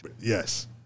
Yes